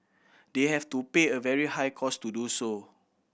they have to pay a very high cost to do so